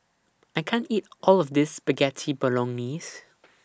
I can't eat All of This Spaghetti Bolognese